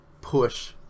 push